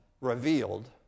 revealed